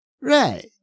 Right